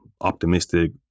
optimistic